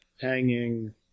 hanging